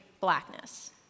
blackness